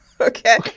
okay